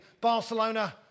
Barcelona